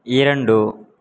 இரண்டு